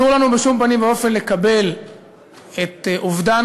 אסור לנו בשום פנים ואופן לקבל את אובדן